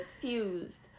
confused